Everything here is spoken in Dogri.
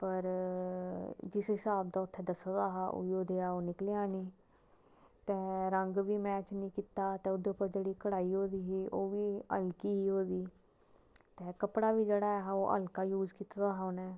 पर जिस हिसाब दा उत्थे दस्से दा हा उऐ जेहा ओह् निकलेआ नेई ते रंग बी मैच नेईं कीता ते ओहदे उप्पर जेहड़ी कढाई होई दी ही ओह्बी हल्की ही होई दी ते कपड़ा बी जेहड़ा ऐ हा ओह् हल्का यूज कीता दा हा उनें